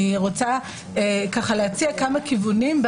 אני רוצה להציע כמה כיוונים.